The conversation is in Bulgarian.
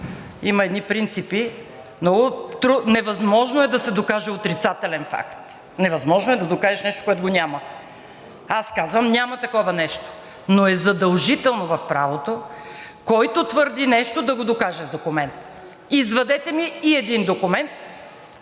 има едни принципи: невъзможно е да се докаже отрицателен факт, невъзможно е да докажеш нещо, което го няма. Аз казвам: няма такова нещо, но е задължително в правото, който твърди нещо, да го докаже с документ. Извадете ми и един документ,